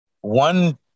one